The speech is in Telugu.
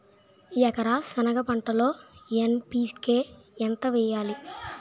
ఎకర సెనగ పంటలో ఎన్.పి.కె ఎంత వేయాలి?